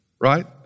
right